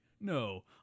no